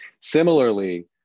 Similarly